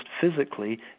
physically